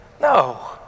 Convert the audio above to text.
No